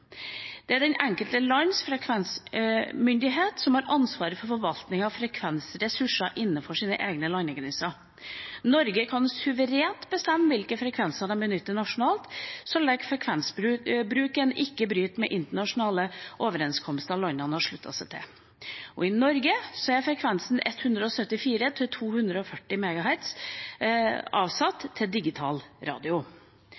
Det er det enkelte lands frekvensmyndighet som har ansvaret for forvaltning av frekvensressurser innenfor sine egne landegrenser. Norge kan suverent bestemme hvilke frekvenser vi benytter nasjonalt, så lenge frekvensbruken ikke bryter med internasjonale overenskomster landene har sluttet seg til. I Norge er frekvensen 174–240 MHz avsatt til